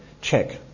check